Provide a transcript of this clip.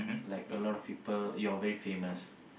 like a lot of people you're very famous